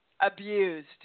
abused